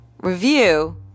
Review